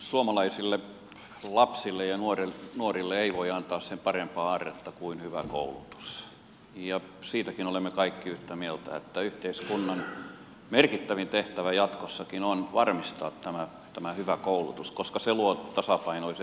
suomalaisille lapsille ja nuorille ei voi antaa sen parempaa aarretta kuin hyvä koulutus ja siitäkin olemme kaikki yhtä mieltä että yhteiskunnan merkittävin tehtävä jatkossakin on varmistaa tämä hyvä koulutus koska se luo tasapainoiset edellytykset